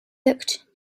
looked